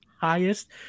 highest